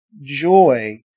joy